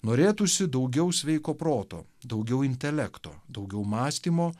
norėtųsi daugiau sveiko proto daugiau intelekto daugiau mąstymo